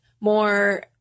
more